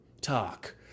talk